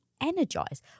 energize